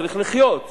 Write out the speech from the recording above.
צריך לחיות,